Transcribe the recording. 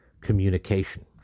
communication